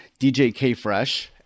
djkfresh